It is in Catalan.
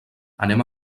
anem